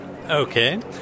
Okay